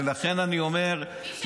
לכן אני אומר,